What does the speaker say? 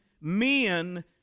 men